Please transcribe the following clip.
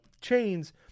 chains